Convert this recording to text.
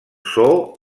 zoo